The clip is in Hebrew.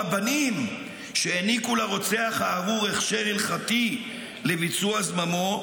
הרבנים שהעניקו לרוצח הארור הכשר הלכתי לביצוע זממו,